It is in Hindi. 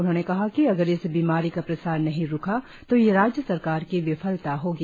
उन्होंने कहा कि अगर इस बीमारी का प्रसार नही रुका तो यह राज्य सरकार की विफलता होगी